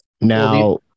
Now